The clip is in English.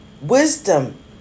wisdom